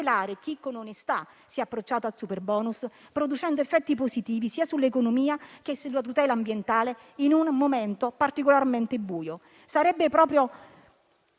chi con onestà si è approcciato al superbonus producendo effetti positivi sia sull'economia che sulla tutela ambientale in un momento particolarmente buio. Sarebbero proprio